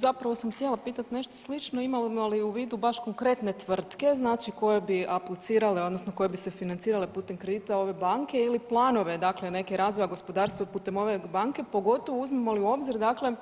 Zapravo sam htjela pitati nešto slično, imamo li u vidu baš konkretne tvrtke znači koje bi aplicirale odnosno koje bi se financirale putem kredita ove banke ili planove dakle neke razvoja gospodarstva putem ove banke pogotovo uzmemo li u obzir dakle